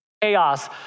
Chaos